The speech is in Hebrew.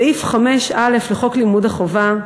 סעיף 5(א) לחוק לימוד חובה,